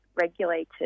regulated